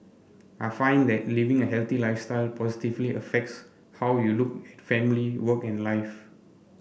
I find that living a healthy lifestyle positively affects how you look family work and life